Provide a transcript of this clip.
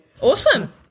Awesome